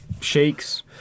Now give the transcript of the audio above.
shakes